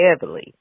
heavily